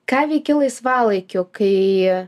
ką veiki laisvalaikiu kai